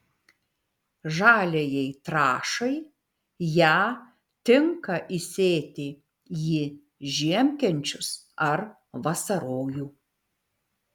žaliajai trąšai ją tinka įsėti į žiemkenčius ar vasarojų